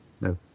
no